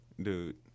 dude